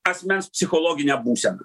asmens psichologinę būseną